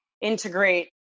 integrate